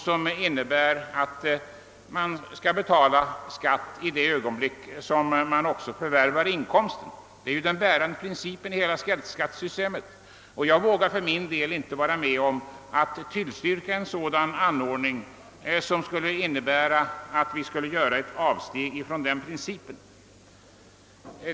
Det innebär ju att man skall betala skatt i det ögonblick då man förvärvar inkomsten. Detta är den bärande principen i hela källskattesystemet. Jag vågar inte vara med om att tillstyrka en sådan anordning som skulle innebära att vi gjorde ett avsteg från den principen.